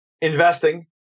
investing